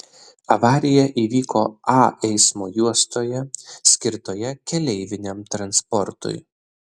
avarija įvyko a eismo juostoje skirtoje keleiviniam transportui